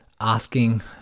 asking